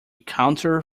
counter